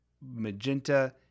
magenta